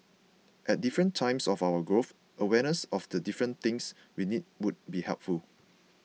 at different times of our growth awareness of the different things we need would be helpful